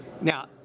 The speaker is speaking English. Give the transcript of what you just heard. Now